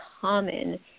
common